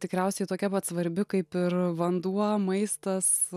tikriausiai tokia pat svarbi kaip ir vanduo maistas